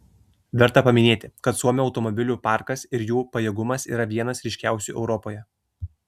verta paminėti kad suomių automobilių parkas ir jų pajėgumas yra vienas ryškiausių europoje